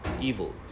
evil